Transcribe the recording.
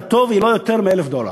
בסטנדרט טוב, היא לא יותר מ-1,000 דולר.